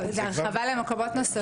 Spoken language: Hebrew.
זה הרחבה למקומות נוספים.